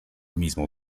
mismo